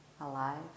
alive